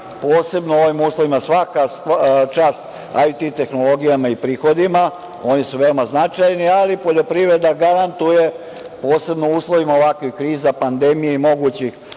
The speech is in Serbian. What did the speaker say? posebno u ovim uslovima, svaka čast IT tehnologijama i prihodima, oni su veoma značajni, ali poljoprivreda garantuje, posebno u uslovima ovakvih kriza, pandemije i mogućih